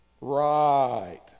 Right